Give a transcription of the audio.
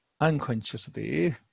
unconsciously